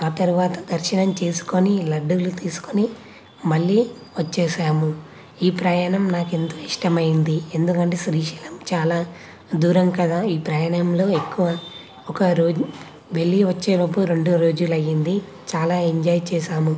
ఆ తర్వాత దర్శనం చేసుకుని లడ్డూలు తీసుకొని మళ్ళీ వచ్చేసాము ఈ ప్రయాణం నాకు ఎంతో ఇష్టమైంది ఎందుకంటే శ్రీశైలం చాలా దూరం కదా ఈ ప్రయాణంలో ఎక్కువ ఒక రోజు వెళ్లి వచ్చేలోపు రెండు రోజులైంది చాలా ఎంజాయ్ చేసాము